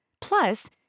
Plus